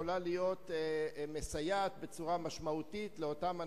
יכולה לסייע בצורה משמעותית לאותם אנשים,